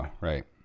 right